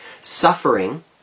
Suffering